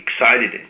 excited